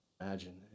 Imagine